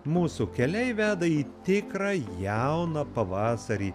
mūsų keliai veda į tikrą jauną pavasarį